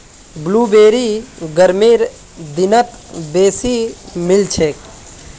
blueberry गर्मीर दिनत बेसी मिलछेक